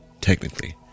technically